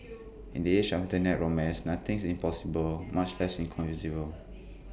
in the age of Internet romance nothing is impossible much less inconceivable